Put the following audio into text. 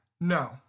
No